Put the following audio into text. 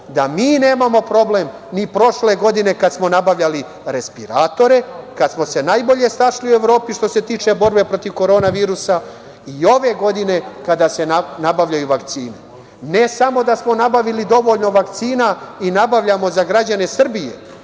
da mi nemamo problem ni prošle godine kada smo nabavljali respiratore, kada smo se najbolje snašli u Evropi, što se tiče borbe protiv korona virusa i ove godine kada se nabavljaju vakcine. Ne samo da smo nabavili dovoljno vakcina i nabavljamo za građane Srbije,